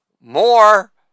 more